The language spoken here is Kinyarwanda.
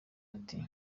ati